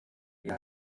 wir